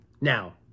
Now